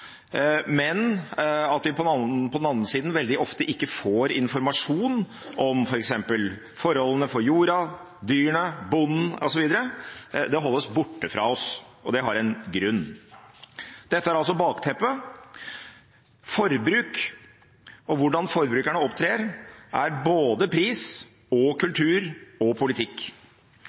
men at vi på den andre siden veldig ofte ikke får informasjon om f.eks. forholdene for jorda, dyrene, bonden osv. Det holdes borte fra oss, og det har sin grunn. Dette er altså bakteppet. Forbruk, og hvordan forbrukerne opptrer, handler om både pris, kultur og